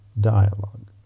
dialogue